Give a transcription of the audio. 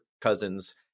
cousins